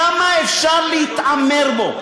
כמה אפשר להתעמר בו?